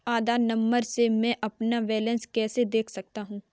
आधार number से मैं अपना बैलेंस कैसे देख सकता हूँ?